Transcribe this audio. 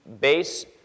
base